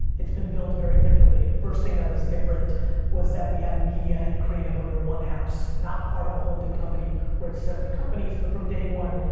it's been built very differently. the first thing that was different was that we have media and creative under one house. not part of a holding company where it's separate companies but from day one,